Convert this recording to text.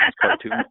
cartoon